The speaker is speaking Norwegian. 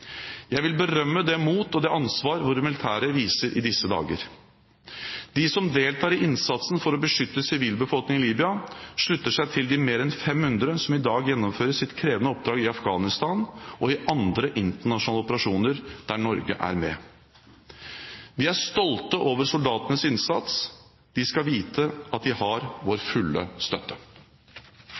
Jeg vil berømme det mot og det ansvar våre militære viser i disse dager. De som deltar i innsatsen for å beskytte sivilbefolkningen i Libya, slutter seg til de mer enn 500 som i dag gjennomfører sitt krevende oppdrag i Afghanistan og i andre internasjonale operasjoner der Norge er med. Vi er stolte over soldatenes innsats. De skal vite at de har vår fulle støtte.